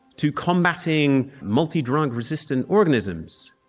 to combating multidrug resistant organisms,